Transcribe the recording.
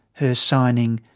her signing,